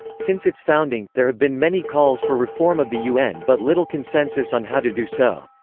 since its founding, there have been many calls for reform of the un but little consensus on how to do so.